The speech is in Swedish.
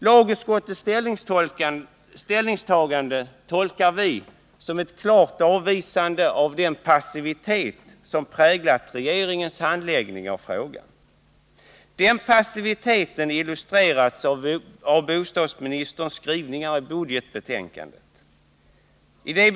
Lagutskottets ställningstagande tolkar vi som ett klart avvisande av den passivitet som präglat regeringens handläggning av frågan. Den passiviteten illustreras av bostadsministerns skrivningar i budgetpropositionen.